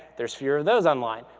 there's fewer of those online.